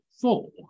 four